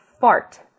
fart